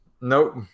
nope